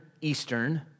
Eastern